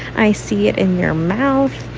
i see it in your mouth.